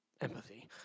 Empathy